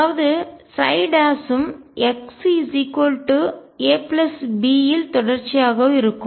அதாவது ψம் x ab இல் தொடர்ச்சியாகவும் இருக்கும்